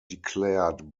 declared